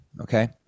okay